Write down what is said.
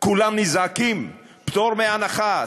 כולם נזעקים: פטור מהנחה.